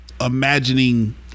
imagining